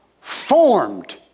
Formed